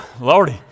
Lordy